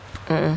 uh uh